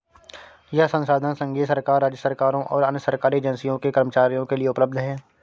यह संसाधन संघीय सरकार, राज्य सरकारों और अन्य सरकारी एजेंसियों के कर्मचारियों के लिए उपलब्ध है